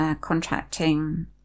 contracting